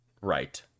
Right